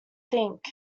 think